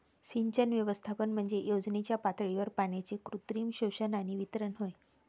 सिंचन व्यवस्थापन म्हणजे योजनेच्या पातळीवर पाण्याचे कृत्रिम शोषण आणि वितरण होय